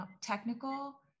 technical